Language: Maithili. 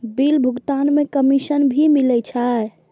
बिल भुगतान में कमिशन भी मिले छै?